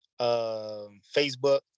facebook